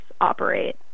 operate